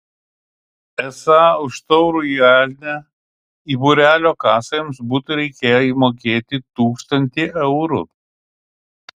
esą už taurųjį elnią į būrelio kasą jiems būtų reikėję įmokėti tūkstantį eurų